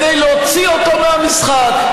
לעשות ולעסוק בזנות.